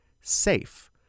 SAFE